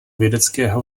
vědeckého